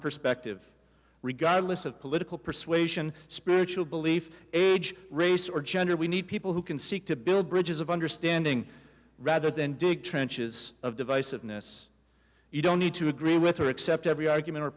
perspective regardless of political persuasion spiritual belief race or gender we need people who can seek to build bridges of understanding rather than dig trenches of divisiveness you don't need to agree with or accept every argument o